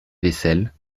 vaisselle